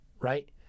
right